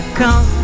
come